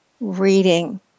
reading